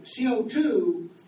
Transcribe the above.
CO2